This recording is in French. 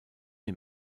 est